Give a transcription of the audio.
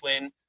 win